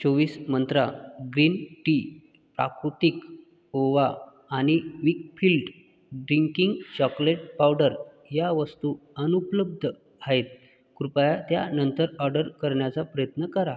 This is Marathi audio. चोवीस मंत्रा ग्रीन टी प्राकृतिक ओवा आणि विकफिल्ट ड्रिंकिंग चॉकलेट पावडर ह्या वस्तू अनुपलब्ध आहेत कृपया त्या नंतर ऑडर करण्याचा प्रयत्न करा